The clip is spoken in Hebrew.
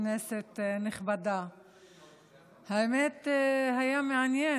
כנסת נכבדה, האמת, היה מעניין